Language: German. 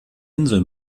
insel